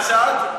אפילו מהצד.